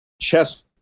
chess